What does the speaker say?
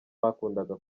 bakundaga